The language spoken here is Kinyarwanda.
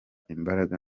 imbaraga